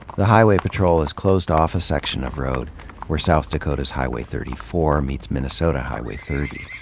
the highway patrol has closed off a section of road where south dakota's highway thirty four meets minnesota highway thirty.